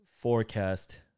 forecast